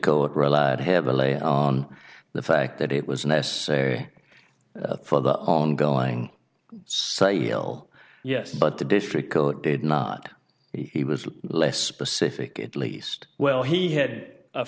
kohak relied heavily on the fact that it was necessary for the ongoing sale yes but the district did not he was less specific at least well he had